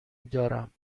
دارم